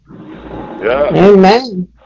Amen